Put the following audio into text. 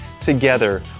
Together